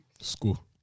school